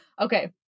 Okay